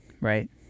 right